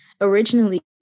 originally